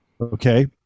Okay